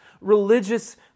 religious